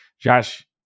Josh